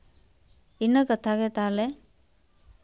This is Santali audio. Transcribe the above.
ᱤᱱᱟᱹ ᱠᱟᱛᱷᱟᱜᱮ ᱛᱟᱦᱞᱮ